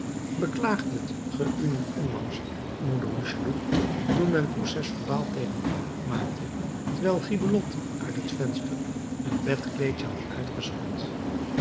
beklaagdet ge u niet onlangs moeder hucheloup toen men procesverbaal tegen u opmaakte wijl gibelotte uit het venster een bedkleedje had uitgeschud